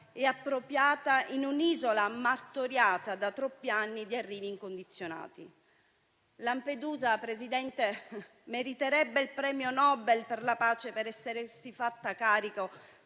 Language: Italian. e appropriata in un'isola martoriata da troppi anni di arrivi incondizionati. Lampedusa, Presidente, meriterebbe il premio Nobel per la pace per essersi fatta carico